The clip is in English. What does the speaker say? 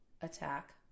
attack